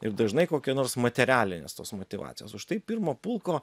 ir dažnai kokia nors materialinės tos motyvacijos už tai pirmo pulko